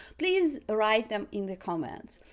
please write them in the comments.